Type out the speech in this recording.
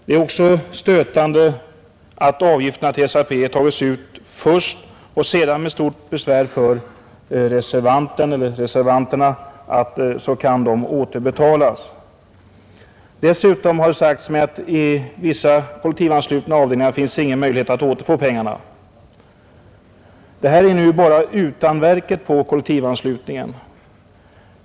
Det är också stötande att avgifterna till SAP tas ut först, och sedan kan de återbetalas till reservanterna endast med mycket stora besvär. Dessutom har det sagts mig att det i vissa kollektivanslutna avdelningar inte finns någon möjlighet att återfå pengarna. Detta är emellertid bara utanverket på kollektivanslutningen.